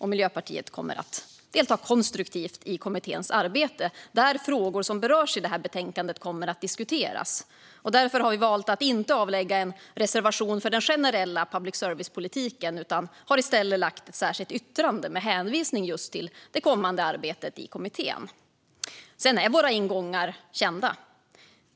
Miljöpartiet kommer att delta konstruktivt i kommitténs arbete, där frågor som berörs i detta betänkande kommer att diskuteras. Därför har vi valt att inte lämna en reservation gällande den generella public service-politiken. Vi har i stället lämnat ett särskilt yttrande med hänvisning till det kommande arbetet i kommittén. Våra ingångar är dock kända.